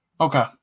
okay